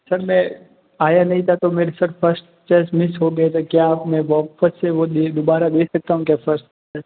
sir मैं आया नहीं था तो मेरे सर फर्स्ट टेस्ट मिस हो गया था क्या आप मैं वापस से वो दोबारा दे सकता हूँ क्या फर्स्ट टेस्ट